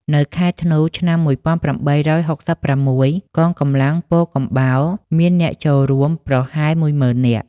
នៅខែធ្នូ ឆ្នាំ ១៨៦៦ កងកម្លាំងពោធិកំបោរមានអ្នកចូលរួមប្រហែលមួយម៉ឺននាក់។